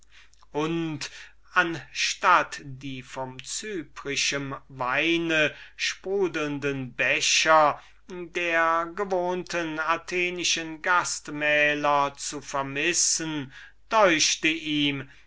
und anstatt die von cyprischem wein sprudelnde becher der athenischen gastmähler zu vermissen deuchte ihm